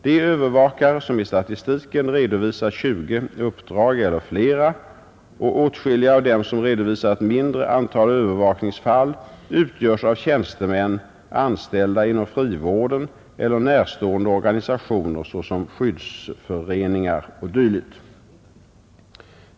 De övervakare som i statistiken redovisar 20 uppdrag eller flera, och åtskilliga av dem som redovisar ett mindre antal övervakningsfall utgörs av tjänstemän, anställda inom frivården eller närstående organisationer, såsom skyddsföreningar o. d.